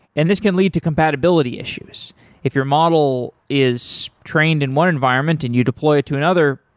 and this can lead to compatibility issues if your model is trained in one environment and you deploy it to another,